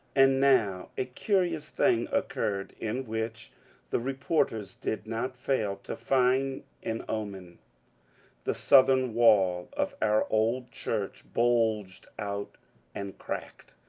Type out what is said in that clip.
and now a curious thing occurred, in which the reporters did not fail to find an omen the southern wall of our old church bulged out and cracked